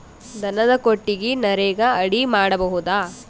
ದನದ ಕೊಟ್ಟಿಗಿ ನರೆಗಾ ಅಡಿ ಮಾಡಬಹುದಾ?